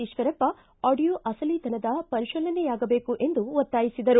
Eshwarappa audio ಅಸಲಿತನದ ಪರಿಶೀಲನೆ ಆಗಬೇಕು ಎಂದು ಒತ್ತಾಯಿಸಿದರು